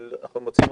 ואנחנו מוציאים